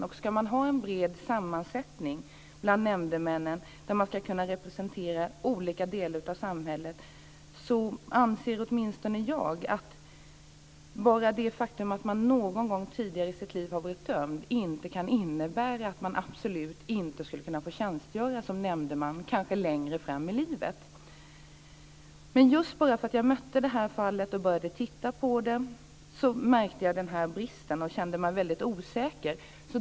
Om det ska vara en bred sammansättning bland nämndemännen som representerar olika delar av samhället, anser åtminstone jag att bara det faktum att man någon gång tidigare i sitt liv har blivit dömd inte kan innebära att man absolut inte skulle få tjänstgöra som nämndeman längre fram i livet. Just för att jag mötte detta fall och började titta på det märkte jag att det fanns en brist, och jag kände mig osäker.